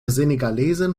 senegalesin